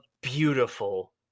beautiful